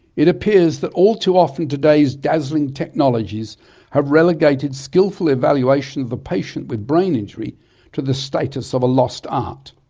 it appears that all too often today's dazzling technologies have relegated skilful evaluation of the patient with brain injury to the status of a lost art,